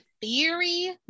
theory